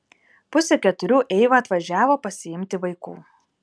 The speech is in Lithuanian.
pusę keturių eiva atvažiavo pasiimti vaikų